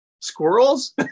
Squirrels